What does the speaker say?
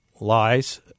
lies